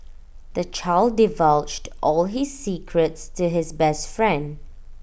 the child divulged all his secrets to his best friend